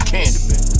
Candyman